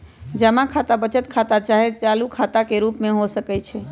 जमा खता बचत खता चाहे चालू खता के रूप में हो सकइ छै